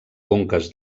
conques